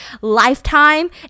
Lifetime